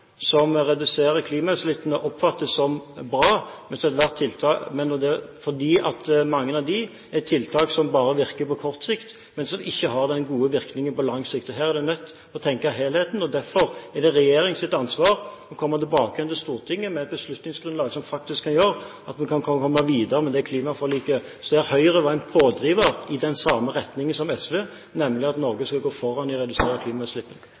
som reduserer klimautslippene, oppfattes som bra, fordi mange av dem er tiltak som bare virker på kort sikt, men som ikke har den gode virkningen på lang sikt. Her er vi nødt til å tenke helhet, og derfor er det regjeringens ansvar å komme tilbake til Stortinget med et beslutningsgrunnlag som faktisk kan gjøre at vi kan komme videre med klimaforliket, der Høyre var en pådriver i den samme retningen som SV, nemlig at Norge skal gå foran i å redusere klimautslippene.